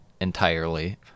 entirely